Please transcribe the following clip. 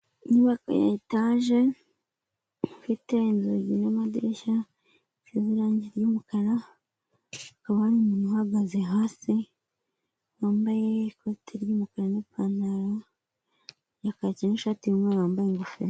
Inyubako ya etaje ifite inzugi n'amadirishya nisize irangi ry'umukara; hakaba hari umuntu uhagaze hasi wambaye ikoti ry'umukara, n'ipantaro ya kacyi, n'ishati y'umweru, wambaye ingofero.